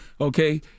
okay